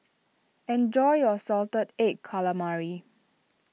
enjoy your Salted Egg Calamari